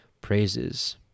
praises